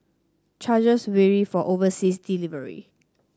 charges vary for overseas delivery